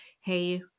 Hey